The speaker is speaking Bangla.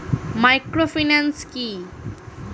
মাইক্রোফিন্যান্স কি?